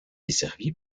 desservi